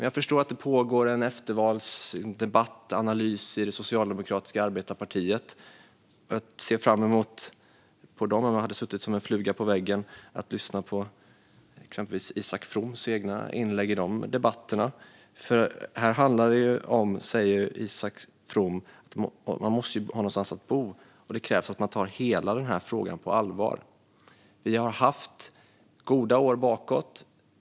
Jag förstår att det pågår en eftervalsdebatt och analys i det socialdemokratiska arbetarepartiet. Jag ser fram emot dessa och hade gärna suttit som en fluga på väggen och lyssnat på till exempel Isak Froms inlägg i de debatterna. Isak From säger här att människor måste ha någonstans att bo och att det krävs att man tar hela frågan på allvar. Vi har haft goda år bakåt.